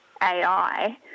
AI